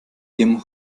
ihrem